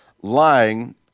lying